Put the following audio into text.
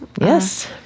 Yes